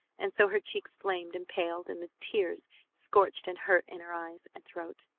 and so her cheeks flamed and paled, and the tears scorched and hurt in her eyes and throat,